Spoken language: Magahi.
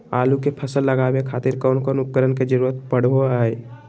आलू के फसल लगावे खातिर कौन कौन उपकरण के जरूरत पढ़ो हाय?